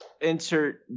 insert